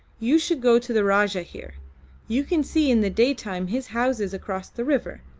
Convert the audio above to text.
you should go to the rajah here you can see in the daytime his houses across the river,